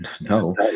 no